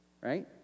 right